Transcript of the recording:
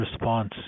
response